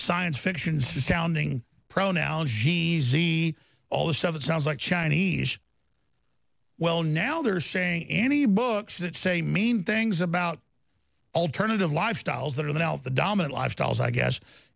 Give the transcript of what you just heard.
science fiction sounding pronoun g s e all the stuff it sounds like chinese well now they're saying any books that say mean things about alternative lifestyles that without the dominant lifestyles i guess